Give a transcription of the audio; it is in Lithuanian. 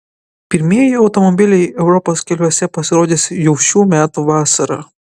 pirmieji automobiliai europos keliuose pasirodys jau šių metų vasarą